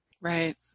Right